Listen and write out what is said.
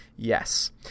Yes